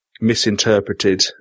misinterpreted